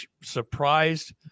surprised